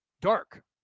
Dark